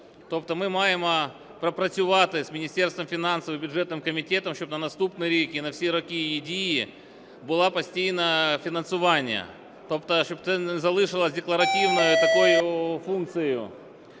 Тобто ми маємо пропрацювати з Міністерством фінансів і бюджетним комітетом, щоб на наступний рік і на всі роки її дії було постійне фінансування, тобто щоб це не залишилося декларативною такою функцією.